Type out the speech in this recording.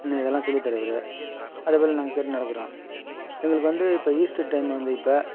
இன்னும் இதெல்லாம் சொல்லித் தருவார் அது போல் நாங்கள் கேட்டு நடக்கிறோம் எங்களுக்கு வந்து இப்போ ஈஸ்டர் டைம் வந்து இப்போ